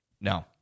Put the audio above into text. No